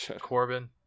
Corbin